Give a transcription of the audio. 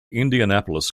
indianapolis